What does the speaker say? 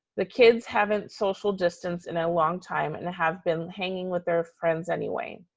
the kids haven't social distanced in a long time and have been hanging with their friends anyway.